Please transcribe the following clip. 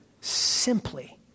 simply